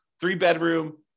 three-bedroom